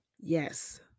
Yes